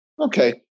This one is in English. okay